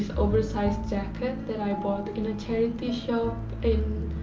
oversized jacket that i bought in a charity shop in